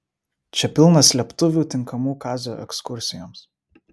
čia pilna slėptuvių tinkamų kazio ekskursijoms